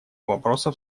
вопроса